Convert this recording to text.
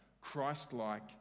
Christ-like